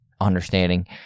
understanding